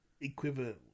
equivalent